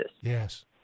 Yes